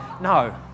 no